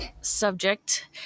subject